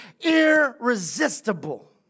irresistible